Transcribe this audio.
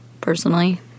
personally